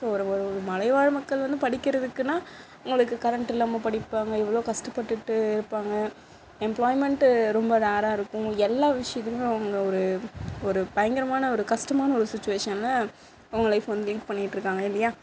so ஒரு ஒரு மலைவாழும் மக்கள் வந்து படிக்கிறதுக்குனா உங்களுக்கு கரண்ட் இல்லாமல் படிப்பாங்க எவ்வளோ கஷ்டப்பட்டுகிட்டு இருப்பாங்க எம்ப்ளாய்மெண்ட்டு ரொம்ப ரேர்ராக இருக்கும் எல்லா விஷயதுக்கும் அவங்க ஒரு ஒரு பயங்கரமான ஒரு கஷ்டமான ஒரு சுச்சிவேஷனில் அவங்க லைஃப் வந்து லீட் பண்ணிக்கிட்டு இருக்காங்க இல்லையா